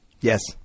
Yes